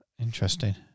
Interesting